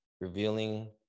revealing